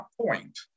point